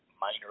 minor